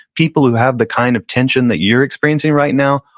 people who have the kind of tension that you're experiencing right now,